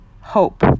hope